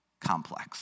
complex